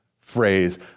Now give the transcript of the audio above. phrase